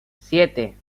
siete